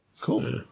Cool